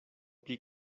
pli